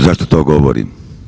Zašto to govorim?